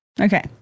Okay